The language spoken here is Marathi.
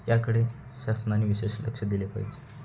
याकडे शासनाने विशेष लक्ष दिले पाहिजे